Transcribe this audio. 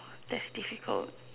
that's difficult